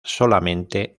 solamente